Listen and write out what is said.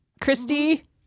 Christy